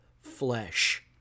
flesh